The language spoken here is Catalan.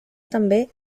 també